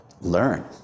learn